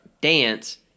dance